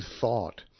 thought